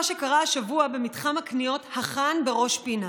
מה שקרה השבוע במתחם הקניות החאן בראש פינה,